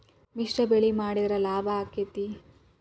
ಮಿಶ್ರ ಬೆಳಿ ಮಾಡಿದ್ರ ಲಾಭ ಆಕ್ಕೆತಿ?